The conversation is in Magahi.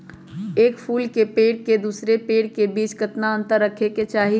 एक फुल के पेड़ के दूसरे पेड़ के बीज केतना अंतर रखके चाहि?